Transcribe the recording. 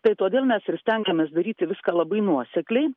tai todėl mes ir stengiamės daryti viską labai nuosekliai